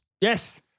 Yes